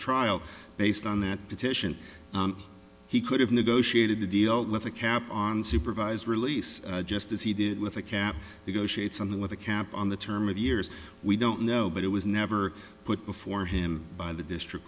trial based on that petition he could have negotiated the deal with a cap on supervised release just as he did with a cap to go shoot something with a cap on the term of years we don't know but it was never put before him by the district